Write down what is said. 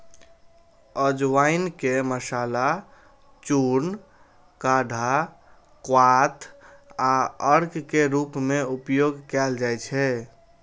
अजवाइन के मसाला, चूर्ण, काढ़ा, क्वाथ आ अर्क के रूप मे उपयोग कैल जाइ छै